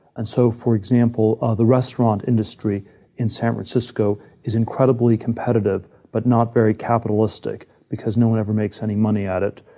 and so for example, ah the restaurant industry in san francisco is incredibly competitive but not very capitalistic because no one ever makes any money at it.